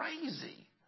crazy